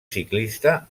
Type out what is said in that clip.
ciclista